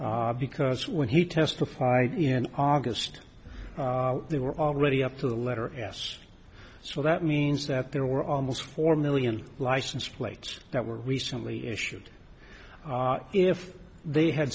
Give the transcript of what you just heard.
in because when he testified in august they were already up to the letter s so that means that there were almost four million license plates that were recently issued if they had